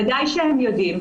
ודאי שהם יודעים,